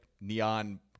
neon